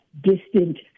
distant